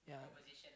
yeah